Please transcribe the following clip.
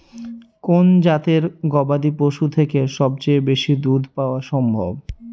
কোন জাতের গবাদী পশু থেকে সবচেয়ে বেশি দুধ পাওয়া সম্ভব?